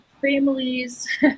families